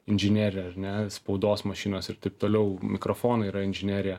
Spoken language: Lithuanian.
inžinerija ar ne spaudos mašinos ir taip toliau mikrofonai yra inžinerija